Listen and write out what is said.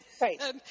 Right